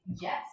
Yes